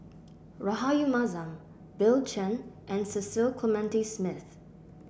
Rahayu Mahzam Bill Chen and Cecil Clementi Smith